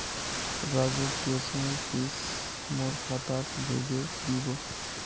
राजूर ट्यूशनेर फीस मोर खातात भेजे दीबो